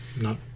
No